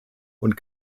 und